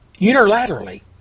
unilaterally